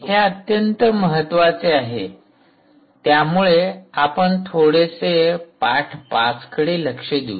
हे अत्यंत महत्वाचे आहे त्यामुळे आपण येथे थोडेसे पाठ ५ कडे लक्ष देऊ